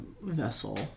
vessel